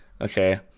Okay